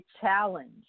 challenge